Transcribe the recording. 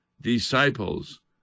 disciples